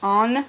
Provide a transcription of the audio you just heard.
on